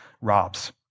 robs